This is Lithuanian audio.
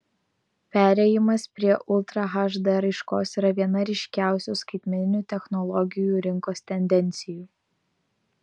perėjimas prie ultra hd raiškos yra viena ryškiausių skaitmeninių technologijų rinkos tendencijų